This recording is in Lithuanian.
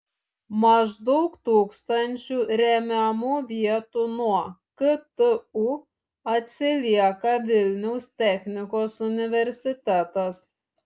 maždaug tūkstančiu remiamų vietų nuo ktu atsilieka vilniaus technikos universitetas